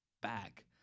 back